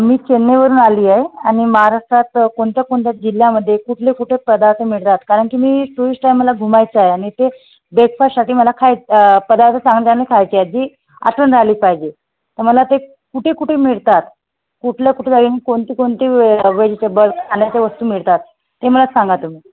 मी चेन्नईवरून आली आहे आणि महाराष्ट्रात कोणत्या कोणत्या जिल्ह्यामध्ये कुठले कुठे पदार्थ मिळतात कारण की मी टुरिस्ट आहे मला घुमायचं आहे आणि ते ब्रेकफाशसाठी मला खाय पदार्थ चांगले चांगले खायचे आहे जी आठवण राहिली पाहिजे तर मला ते कुठे कुठे मिळतात कुठल्या कुठे जाईन कोणती कोणती वे व्हेजिटेबल खाण्याच्या वस्तू मिळतात ते मला सांगा तुम्ही